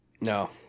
No